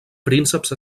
prínceps